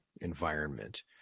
environment